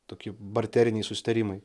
tokie barteriniai susitarimai